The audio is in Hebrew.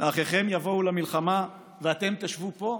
"האחיכם יבֹאו למלחמה ואתם תשבו פה"?